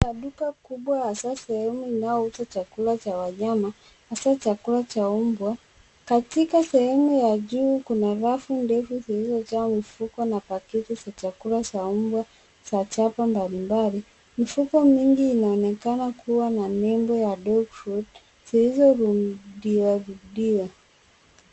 Maduka kubwa hasaa sehemu inayouzwa chakula cha wanyama hasaa chakula cha mbwa. Katika sehemu ya juu kuna rafu ndefu zilizojaa mifuko na paketi za chakula za mbwa za chapa mbalimbali. Mifuko mingi inaonekana kuwa na nebo ya dog food zilizorudiwa rudiwa.